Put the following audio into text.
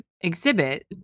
exhibit